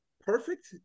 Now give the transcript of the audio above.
Perfect